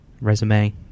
resume